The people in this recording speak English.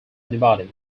anybody